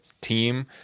team